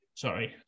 Sorry